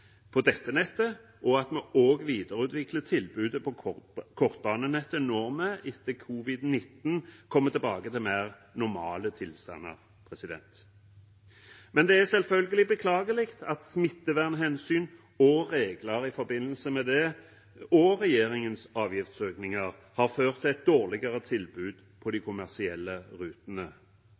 på dette nettet, og at vi også videreutvikler tilbudet på kortbanenettet når vi etter covid-19 kommer tilbake til mer normale tilstander. Men det er selvfølgelig beklagelig at smittevernhensyn, regler i forbindelse med det og regjeringens avgiftsøkninger har ført til et dårligere tilbud på de kommersielle rutene.